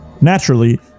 Naturally